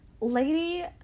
Lady